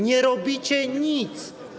Nie robicie nic.